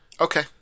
Okay